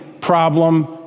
problem